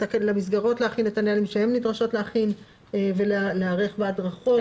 למסגרות להכין את הנהלים שהן נדרשות להכין ולהיערך בהדרכות וכן הלאה.